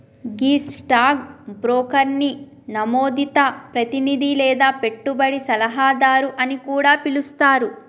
గీ stock బ్రోకర్ని నమోదిత ప్రతినిధి లేదా పెట్టుబడి సలహాదారు అని కూడా పిలుస్తారు